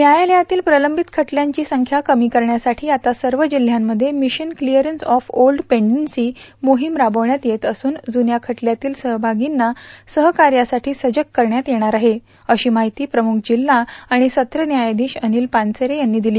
न्यायालयातील प्रलंबित खटल्यांची संख्या कमी करण्यासाठी आता सर्व जिल्ह्यांमध्ये mission clearance of old pendency मोहिम राबविण्यात येत असून जून्या खटल्यातील सहभागींना सहकार्यासाठी सजग करण्यात येणार आहे अशी माहिती प्रमुख जिल्हा आणि सत्र न्यायाधीश अनिल पानसरे यांनी दिली